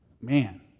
Man